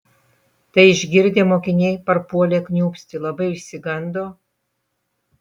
tai išgirdę mokiniai parpuolė kniūpsti labai išsigando